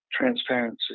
transparency